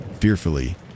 Fearfully